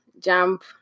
Jump